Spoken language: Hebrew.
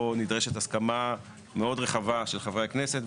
נדרשת הסכמה מאוד רחבה של חברי הכנסת.